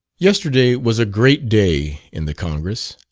yesterday was a great day in the congress.